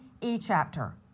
e-chapter